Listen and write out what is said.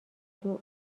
دور